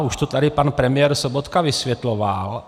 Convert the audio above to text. Už to tady pan premiér Sobotka vysvětloval.